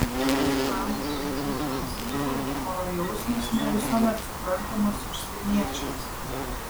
ispanų kaimynų prancūzų humoro jausmas ne visuomet suprantamas užsieniečiams